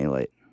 Light